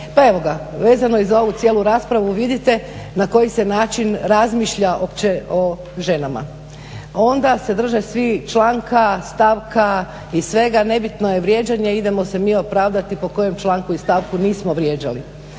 pa evo ga vezano i za ovu cijelu raspravu vidite na koji se način razmišlja uopće o ženama. Onda se drže svi članka stavka i svega, nebitno je vrijeđanje idemo se mi opravdati po kojem članku i stavku nismo vrijeđali.